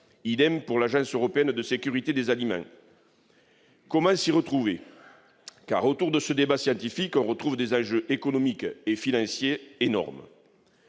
; pour l'Agence européenne de sécurité des aliments. Comment s'y retrouver ? Car, autour de ce débat scientifique, on retrouve des enjeux économiques et financiers énormes.